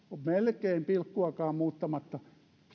melkein pilkkuakaan muuttamatta